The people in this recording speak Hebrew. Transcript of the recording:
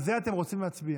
על זה אתם רוצים להצביע,